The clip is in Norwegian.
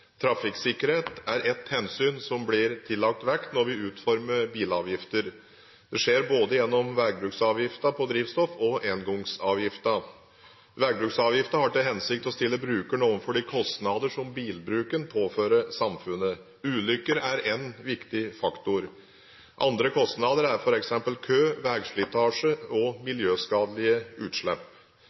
Trafikksikkerhet er et hensyn som blir tillagt vekt når vi utformer bilavgiftene. Det skjer både gjennom veibruksavgiften på drivstoff og engangsavgiften. Veibruksavgiften har til hensikt å stille brukeren overfor de kostnader som bilbruken påfører samfunnet. Ulykker er en viktig faktor. Andre kostnader er f.eks. kø, veislitasje og miljøskadelige utslipp.